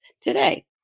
today